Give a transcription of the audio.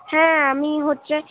হ্যাঁ আমি হচ্ছে